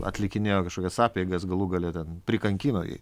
atlikinėjo kažkokias apeigas galų gale ten prikankino jį